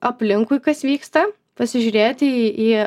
aplinkui kas vyksta pasižiūrėti į